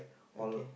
okay